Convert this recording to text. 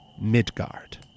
Midgard